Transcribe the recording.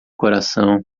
coração